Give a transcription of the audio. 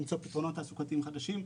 למצוא פתרונות תעסוקתיים חדשים.